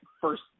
first